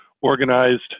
organized